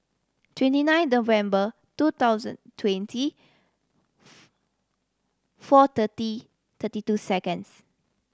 twenty nine November two thousand twenty four thirty thirty two seconds